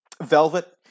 Velvet